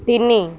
ତିନି